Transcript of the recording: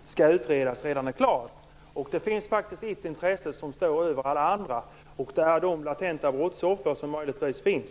Fru talman! Från vår sida anser vi att det som skall utredas redan är klart. Det finns ett intresse som står över alla andra, och det är de latenta brottsoffer som möjligtvis finns.